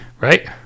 Right